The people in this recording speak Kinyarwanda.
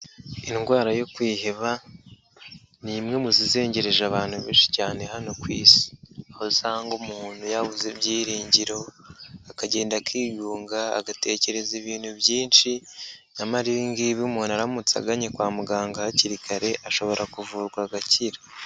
Indwara yo kwiheba ni imwe mu zizengereje abantu benshi cyane hano ku isi, aho usanga umuntu yabuze ibyiringiro, akagenda akigunga agatekereza ibintu byinshi, nyamara ibingibi umuntu aramutse aganye kwa muganga hakiri kare, ashobora kuvurwa agakira